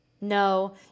No